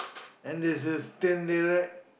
and there's a stand there right